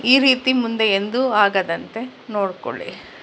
ಈ ರೀತಿ ಮುಂದೆ ಎಂದೂ ಆಗದಂತೆ ನೋಡಿಕೊಳ್ಳಿ